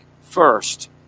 first